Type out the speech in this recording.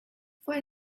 fue